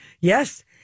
Yes